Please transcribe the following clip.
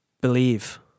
Believe